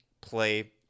play